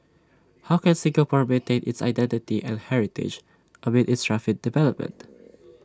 how can Singapore maintain its identity and heritage amid its rapid development